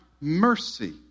mercy